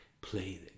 play